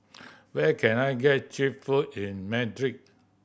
where can I get cheap food in Madrid